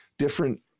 different